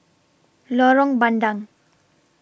Lorong Bandang